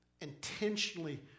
intentionally